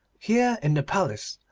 here, in the palace,